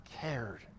cared